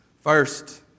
First